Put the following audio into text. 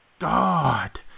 God